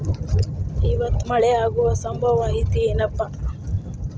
ಇವತ್ತ ಮಳೆ ಆಗು ಸಂಭವ ಐತಿ ಏನಪಾ?